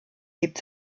lebt